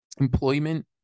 employment